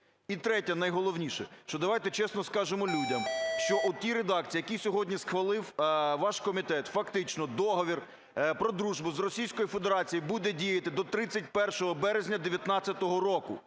І третє, найголовніше, що давайте чесно скажемо людям, що у тій редакції, в якій сьогодні схвалив ваш комітет, фактично Договір про дружбу з Російською Федерацією буде діяти до 31 березня 19-го року.